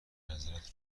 نظرت